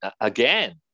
again